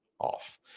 off